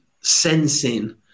sensing